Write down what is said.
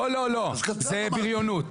קצר, אמרתי.